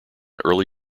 early